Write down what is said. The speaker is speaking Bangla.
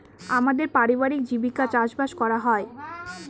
আমাদের পারিবারিক জীবিকা চাষবাস করা হয়